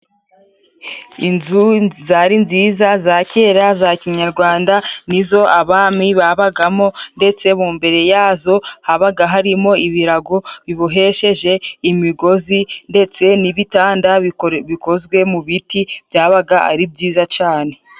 Inzu zari nziza za kera za kinyarwanda nizo abami babagamo, ndetse mu mbere yazo habaga harimo ibirago bibohesheje imigozi, ndetse n'ibitanda bikozwe mu biti byabaga ari byiza cane.